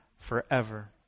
forever